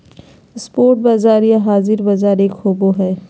spot बाजार या हाज़िर बाजार एक होबो हइ